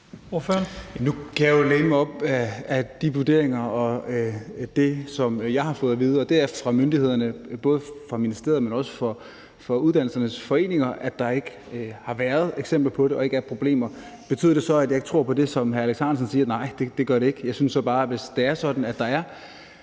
Nu kan jeg jo læne mig op ad vurderingerne og det, som jeg har fået at vide fra myndighederne, både fra ministeriet, men også fra uddannelsernes foreninger, og de siger, at der ikke har været eksempler på det og ikke er problemer. Betyder det så, at jeg ikke tror på det, som hr. Alex Ahrendtsen siger? Nej, det gør det ikke. Men hvis det er sådan, at der er